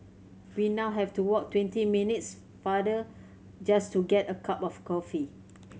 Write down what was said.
we now have to walk twenty minutes farther just to get a cup of coffee